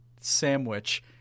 sandwich